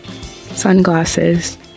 Sunglasses